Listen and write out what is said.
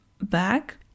Back